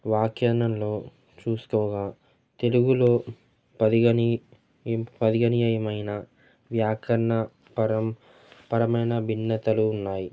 వాకరణంలో చూసుకోగా తెలుగులో పదిగని పదగనీయమైన వ్యాకరణ పరం పరమైన భిన్నతలు ఉన్నాయి